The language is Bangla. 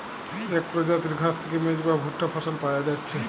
এক প্রজাতির ঘাস থিকে মেজ বা ভুট্টা ফসল পায়া যাচ্ছে